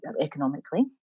economically